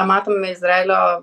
matom izraelio